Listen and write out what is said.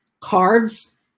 cards